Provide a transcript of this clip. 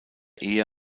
ehe